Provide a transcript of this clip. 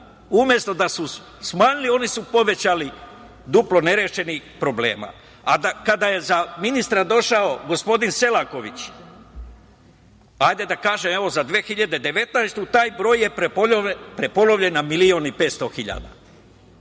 Umesto da su smanjili, oni su povećali duplo nerešenih problema. Kada je za ministra došao gospodin Selaković, da kažem 2019. godine, taj broj je prepolovljen na milion i 500 hiljada.